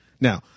Now